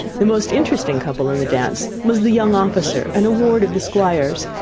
the most interesting couple in the dance was the young officer and a ward of the squire's,